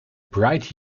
bright